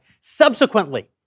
Subsequently